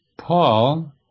paul